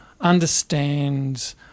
understand